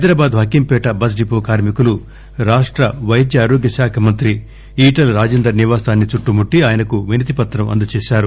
Hyderabad Hakimpet bus depot కార్మి కులు రాష్ట పైద్య ఆరోగ్య శాఖ మంత్రి ఈటల రాజేందర్ నివాసాన్ని చుట్టుముట్టి ఆయనకు వినతిపత్రం అందజేశారు